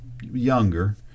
younger